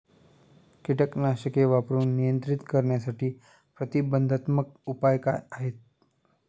कीटकनाशके वापरून नियंत्रित करण्यासाठी प्रतिबंधात्मक उपाय काय आहेत?